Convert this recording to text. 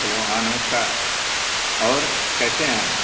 hello हाँ नमस्कार और कैसे हैं